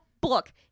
book